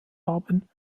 haben